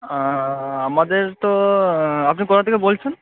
অ্যাঁ আমাদের তো আপনি কোথা থেকে বলছেন